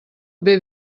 bbva